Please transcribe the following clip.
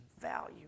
value